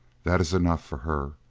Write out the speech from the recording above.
that is enough for her,